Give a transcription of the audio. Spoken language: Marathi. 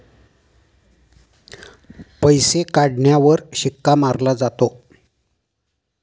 पैसे काढण्यावर शिक्का मारला जातो